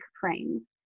frame